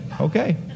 Okay